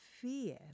fear